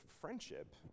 friendship